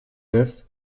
neuf